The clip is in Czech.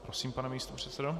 Prosím, pane místopředsedo.